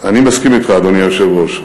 אני מסכים אתך, אדוני היושב-ראש.